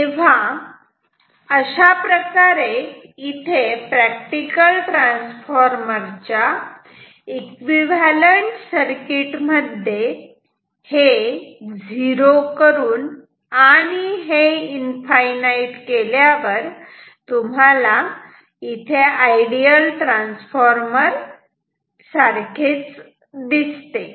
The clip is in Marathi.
तेव्हा अशाप्रकारे इथे प्रॅक्टिकल ट्रान्सफॉर्मर च्या एकविव्हॅलंट सर्किट मध्ये हे झिरो करून आणि हे इनफाईनाईट केल्यावर आयडियल ट्रान्सफॉर्मर सारखे होते